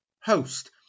host